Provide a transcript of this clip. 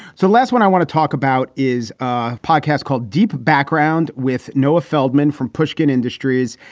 so last one i want to talk about is a podcast called deep background with noah feldman from pushkin industries.